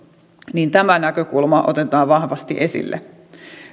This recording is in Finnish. että tämä näkökulma otetaan vahvasti esille